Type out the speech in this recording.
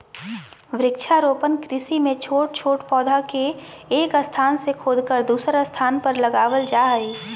वृक्षारोपण कृषि मे छोट छोट पौधा के एक स्थान से खोदकर दुसर स्थान पर लगावल जा हई